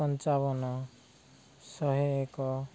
ପଞ୍ଚାବନ ଶହେ ଏକ